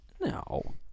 No